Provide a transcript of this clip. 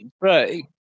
right